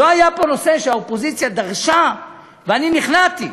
לא היה פה נושא שהאופוזיציה דרשה, ואני נכנעתי.